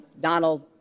Donald